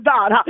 God